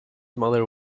mother